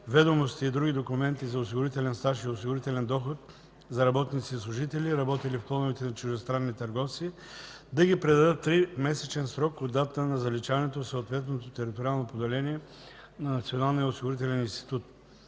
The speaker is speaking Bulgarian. ведомостите и други документи за осигурителен стаж и осигурителен доход за работници и служители, работили в клонове на чуждестранни търговци, да ги предадат в 3-месечен срок от датата на заличаването в съответното териториално поделение на Националния осигурителен институт.